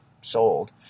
sold